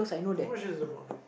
how much is it about